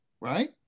right